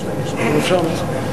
בבקשה.